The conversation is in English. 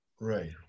right